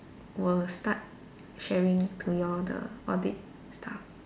will start sharing to you all the audit stuff